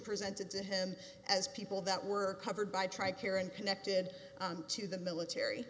presented to him as people that were covered by tri care and connected to the military